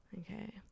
Okay